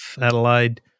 Adelaide